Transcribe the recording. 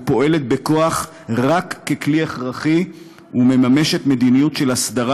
פועלת בכוח רק ככלי הכרחי ומממשת מדיניות של הסדרה